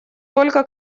только